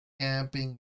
Camping